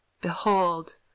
behold